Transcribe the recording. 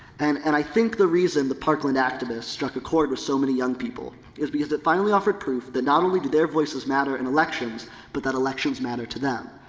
and, and i think the reason the parkland activists struck a cord with so many young people is because it finally offered proof that not only did their voices matter in elections but that elections matter to them.